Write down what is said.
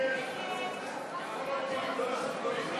כהונה רצופות)